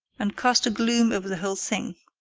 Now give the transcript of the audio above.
and cast a gloom over the whole thing.